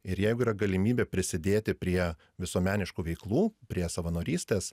ir jeigu yra galimybė prisidėti prie visuomeniškų veiklų prie savanorystės